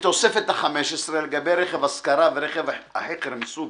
ובתוספת החמש עשרה, לגבי רכב השכרה ורכב החכר מסוג